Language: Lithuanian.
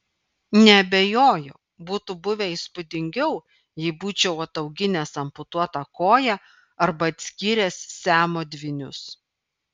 neabejoju būtų buvę įspūdingiau jei būčiau atauginęs amputuotą koją arba atskyręs siamo dvynius